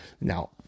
Now